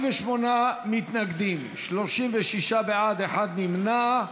48 מתנגדים, 36 בעד, נמנע אחד.